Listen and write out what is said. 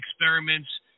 experiments